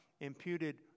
imputed